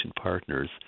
partners